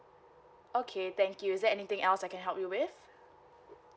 okay thank you is there anything else I can help you with